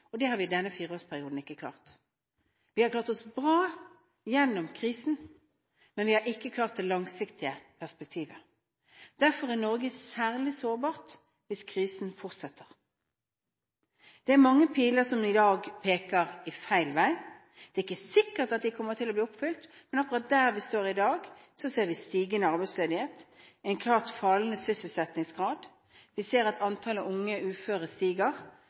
Det har vi ikke klart i denne fireårsperioden. Vi har klart oss bra gjennom krisen, men vi har ikke klart det langsiktige perspektivet. Derfor er Norge særlig sårbar hvis krisen fortsetter. Mange piler peker i dag feil vei. Det er ikke sikkert dette kommer til å bli oppfylt: Men akkurat der vi står i dag, ser vi stigende arbeidsledighet, en klart fallende sysselsettingsgrad, vi ser at antallet unge uføre stiger